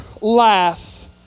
laugh